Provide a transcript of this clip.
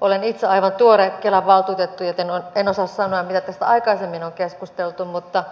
olen itse aivan tuore kelan valtuutettu joten en osaa sanoa mitä tästä aikaisemmin on keskusteltu mutta